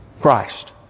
Christ